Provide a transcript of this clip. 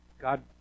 God